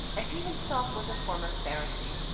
and he himself was a former pharisee.